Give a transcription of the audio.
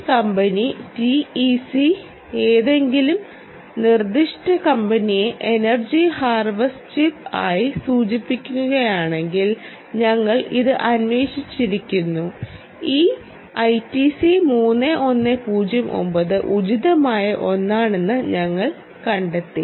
ഈ company TEC ഏതെങ്കിലും നിർദ്ദിഷ്ട കമ്പനിയെ എനർജി ഹാർവെസ്റ്റ് ചിപ്പ് ആയി സൂചിപ്പിച്ചിട്ടില്ലാത്തതിനാൽ ഞങ്ങൾ ഇത് അന്വേഷിച്ചുകൊണ്ടിരുന്നു ഈ ഐടിസി 3109 ഉചിതമായ ഒന്നാണെന്ന് ഞങ്ങൾ കണ്ടെത്തി